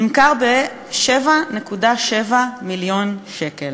נמכר ב-7.7 מיליון שקל.